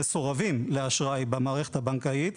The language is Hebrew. מסורבים לאשראי במערכת הבנקאית.